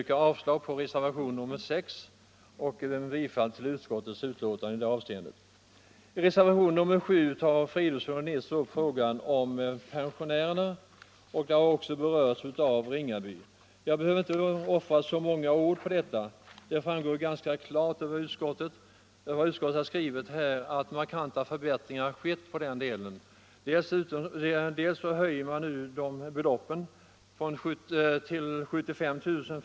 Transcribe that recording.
I reservationen 7 vid det nyssnämnda betänkandet tar herrar Fridolfsson och Nisser upp en fråga som gäller pensionärerna. Detta har också berörts av herr Ringaby. Jag behöver inte offra så många ord på saken. Det framgår klart av vad utskottet skrivit att markanta förbättringar skett i det här hänseendet. Dels höjer man nu det skärpningsfria förmögenhetsbeloppet till 75 000 kr.